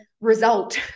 result